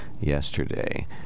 yesterday